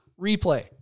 replay